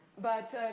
but,